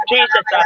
Jesus